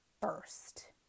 first